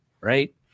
right